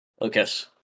Lucas